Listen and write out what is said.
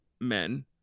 men